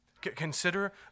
Consider